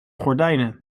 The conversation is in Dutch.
gordijnen